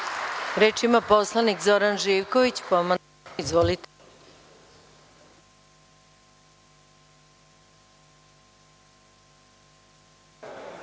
Reč ima poslanik Zoran Živković,